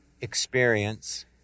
experience